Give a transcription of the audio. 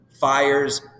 Fires